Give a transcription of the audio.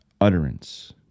utterance